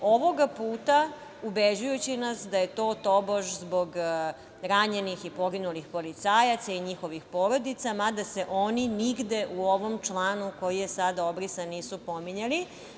Ovoga puta ubeđujući nas da je to tobož zbog ranjenih i poginulih policajaca i njihovih porodica, mada se oni nigde u ovom članu koji je sada obrisan nisu pominjali.